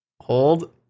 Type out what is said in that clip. hold